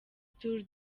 tour